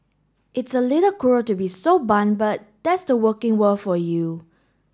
it's a little cruel to be so blunt but that's the working world for you